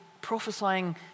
prophesying